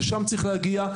לשם צריך להגיע,